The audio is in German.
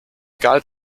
galt